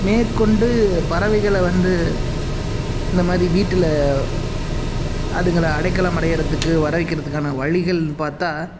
மேற்கொண்டு பறவைகளை வந்து இந்த மாரி வீட்டில் அதுங்களை அடைக்கலம் அடையிறதுக்கு வர வைக்கிறதுக்கான வழிகள்னு பார்த்தா